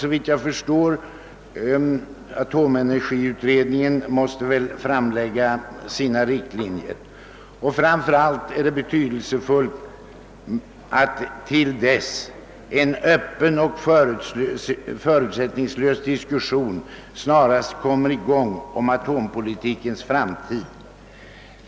Låt gå för att atomenergiutredningen skall framlägga riktlinjerna för det fortsatta arbetet. Men det är betydelsefullt att till dess en öppen och förutsättningslös diskussion snarast kommer i gång om atompolitikens framtid.